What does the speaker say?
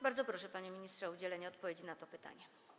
Bardzo proszę, panie ministrze, o udzielenie odpowiedzi na to pytanie.